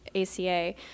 ACA